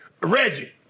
Reggie